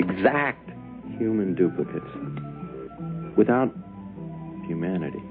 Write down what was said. exact human duplicate without humanity